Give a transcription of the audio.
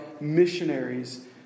missionaries